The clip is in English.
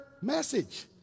message